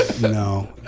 No